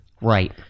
Right